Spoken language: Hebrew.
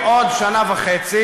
להגיע לרוב ערבי בירושלים,